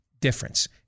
difference